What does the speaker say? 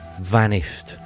vanished